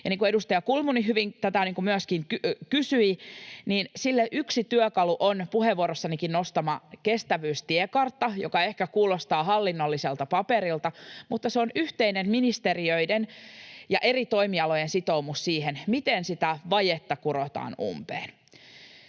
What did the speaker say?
kuin edustaja Kulmuni hyvin myöskin kysyi, sille yksi työkalu on puheenvuorossanikin nostamani kestävyystiekartta, joka ehkä kuulostaa hallinnolliselta paperilta, mutta se on yhteinen ministeriöiden ja eri toimialojen sitoumus siihen, miten sitä vajetta kurotaan umpeen.